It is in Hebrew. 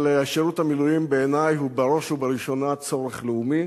אבל שירות המילואים בעיני הוא בראש ובראשונה צורך לאומי,